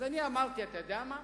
אז אני אמרתי, אתה יודע מה,